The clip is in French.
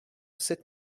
sept